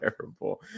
terrible